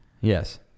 Yes